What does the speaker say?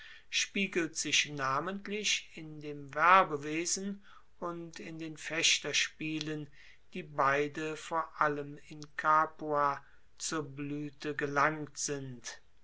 spiegelt sich namentlich in dem werbewesen und in den fechterspielen die beide vor allem in capua zur bluete gelangt sind